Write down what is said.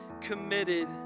committed